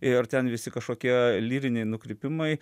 ir ten visi kažkokie lyriniai nukrypimai